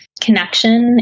connection